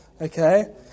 okay